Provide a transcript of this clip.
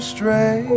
Stray